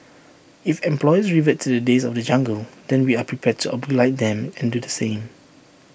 if employers revert to the days of the jungle then we are prepared to oblige them and do the same